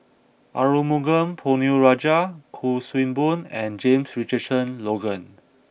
Arumugam Ponnu Rajah Kuik Swee Boon and James Richardson Logan